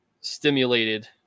stimulated